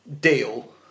deal